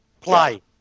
play